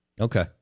Okay